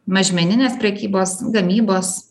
mažmeninės prekybos gamybos